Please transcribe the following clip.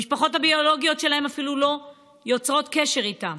המשפחות הביולוגיות שלהם אפילו לא יוצרות קשר איתם.